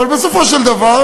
אבל בסופו של דבר,